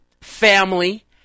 family